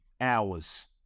hours